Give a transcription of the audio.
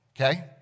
Okay